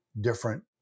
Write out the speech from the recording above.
different